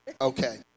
Okay